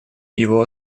его